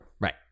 Right